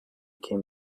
came